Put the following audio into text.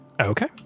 Okay